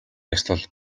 ёслол